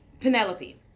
Penelope